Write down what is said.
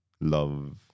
love